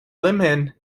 lehmann